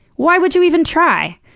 why would you even try?